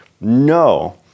no